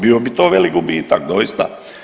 Bio bi to velik gubitak doista.